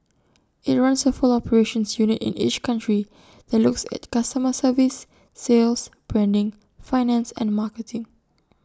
IT runs A full operations unit in each country that looks at customer service sales branding finance and marketing